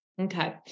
Okay